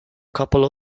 couple